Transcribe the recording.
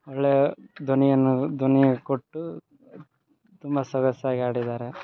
ಒಳ್ಳೆ ಧ್ವನಿಯನ್ನು ಧ್ವನಿಯ ಕೊಟ್ಟು ತುಂಬ ಸೊಗಸಾಗಿ ಹಾಡಿದಾರೆ